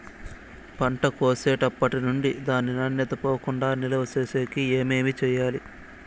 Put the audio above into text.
పంట కోసేటప్పటినుండి దాని నాణ్యత పోకుండా నిలువ సేసేకి ఏమేమి చేయాలి?